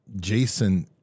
Jason